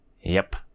Yep